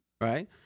right